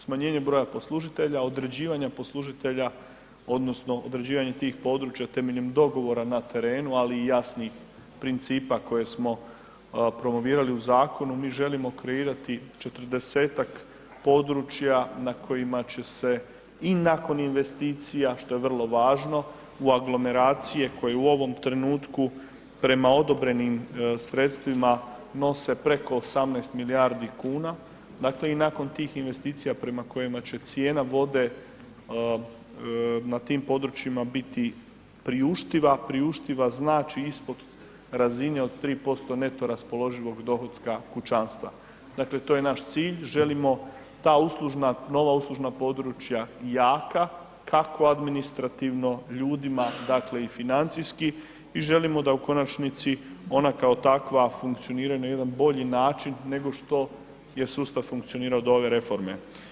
Smanjenje broja poslužitelja, određivanje poslužitelja odnosno određivanje tih područja temeljem dogovora na terenu, ali i jasnih principa koje smo promovirali u zakonu, mi želimo kreirati 40-tak područja na kojima će se i nakon investicija, što je vrlo važno, u aglomeracije koje u ovom trenutku prema odobrenim sredstvima nose preko 18 milijardi kuna, dakle i nakon tih investicija prema kojima će cijena vode na tim područjima biti priuštiva, priuštiva znači ispod razine od 3% neto raspoloživog dohotka kućanstva, dakle to je naš cilj, želimo ta uslužna, nova uslužna područja jaka, kako administrativno ljudima, dakle i financijski i želimo da u konačnici ona kao takva funkcioniraju na jedan bolji način, nego što je sustav funkcionirao do ove reforme.